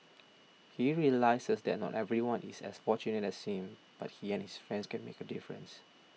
he realises that not everyone is as fortunate as seem but he and his friends can make a difference